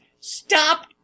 Stop